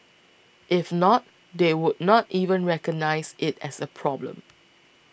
if not they would not even recognise it as a problem